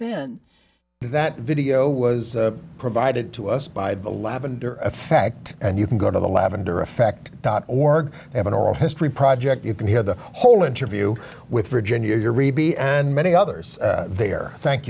then that video was provided to us by the lavender effect and you can go to the lavender effect dot org have an oral history project you can hear the whole interview with virginia reby and many others there thank